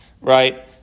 right